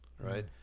right